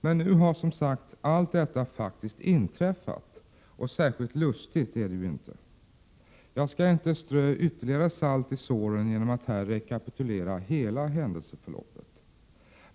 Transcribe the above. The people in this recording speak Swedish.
Men nu har, som sagt, allt detta faktiskt inträffat, och särskilt lustigt är det ju inte. Jag skall inte strö ytterligare salt i såren genom att här rekapitulera hela händelseförloppet.